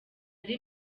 ari